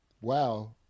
Wow